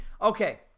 Okay